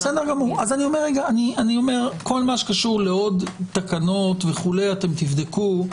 כל מה שקשור לעוד תקנות וכו', תבדקו.